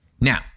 now